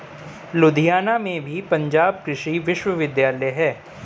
लुधियाना में भी पंजाब कृषि विश्वविद्यालय है